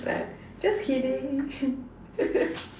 uh just kidding